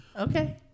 okay